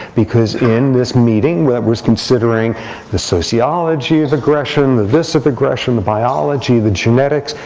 because in this meeting that was considering the sociology of aggression, the this of aggression, the biology, the genetics,